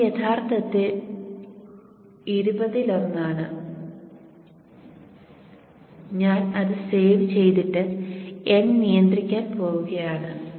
ഇത് യഥാർത്ഥത്തിൽ ഇരുപതിലൊന്നാണ് ഞാൻ അത് സേവ് ചെയ്തിട്ടു n നിയന്ത്രിക്കാൻ പോകുകയാണ്